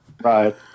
Right